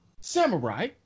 Samurai